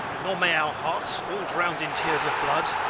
nor may our hearts, all drown'd in tears of blood,